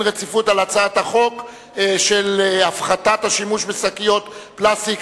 רציפות על הצעת חוק הפחתת השימוש בשקיות פלסטיק,